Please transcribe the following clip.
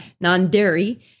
non-dairy